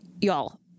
y'all